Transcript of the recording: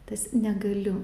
tas negaliu